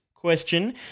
Question